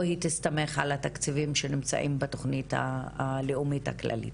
או היא תסתמך על התקציבים שנמצאים בתוכנית הלאומית הכללית.